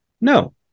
No